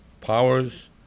powers